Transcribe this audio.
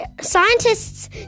Scientists